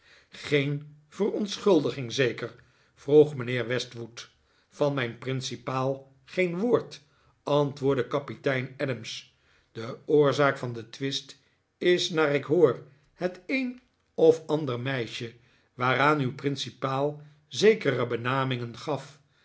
geen verontschuldiging zeker vroeg mijnheer westwood van mijn principaal geen woord antwoordde kapitein adams de oorzaak van den twist is naar ik hoor het een of ander meisje waaraan uw principaal zekere benamingen gaf